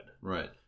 Right